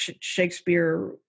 Shakespeare